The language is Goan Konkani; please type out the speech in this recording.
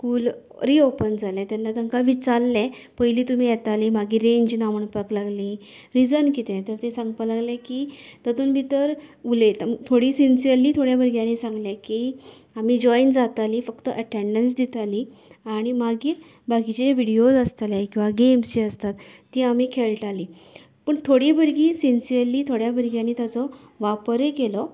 स्कूल री ओपन जालें तेन्ना तांकां विचारलें पयलीं तुमी येतालीं मागीर रेंज ना म्हूणपाक लागलीं रिजन किदें तर ती सांगपा लागलीं की तातूंत भितर उलयतना थोडीं सिनसियरली थोड्या भुरग्यांनी सांगलें की आमी जाॅयन जातालीं फक्त अटँडन्स दितालीं आनी मागीर बाकीचे व्हिडीयोस आसताले किंवां गेम्स जी आसताल्यो तीं आमी खेळटालीं पूण थोडी भुरगीं सिनसियरली थोड्या भुरग्यांनी ताजो वापरय केल्लो